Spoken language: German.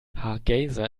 hargeysa